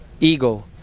ego